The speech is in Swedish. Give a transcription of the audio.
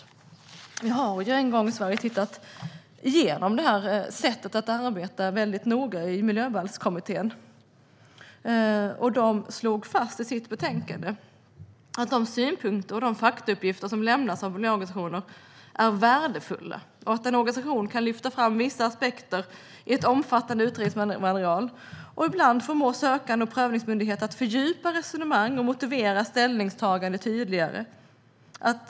Miljöbalkskommittén har en gång i Sverige noggrant tittat igenom det här sättet att arbeta och i sitt betänkande slagit fast följande: De synpunkter och faktauppgifter som lämnas av miljöorganisationer är värdefulla, då en organisation kan lyfta fram vissa aspekter i ett omfattande utredningsmaterial och ibland förmå sökande och prövningsmyndighet att fördjupa resonemang och motivera ställningstaganden tydligare.